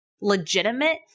legitimate